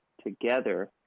Together